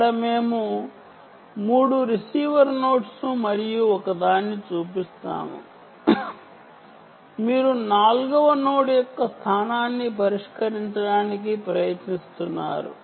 ఇక్కడ మేము 3 receiver nodes మరియు మీరు నాల్గవ నోడ్ యొక్క స్థానాన్ని పరిష్కరించడానికి ప్రయత్నిస్తున్నారు